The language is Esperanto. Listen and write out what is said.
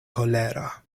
kolera